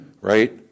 right